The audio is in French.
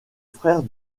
frère